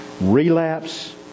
Relapse